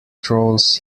trolls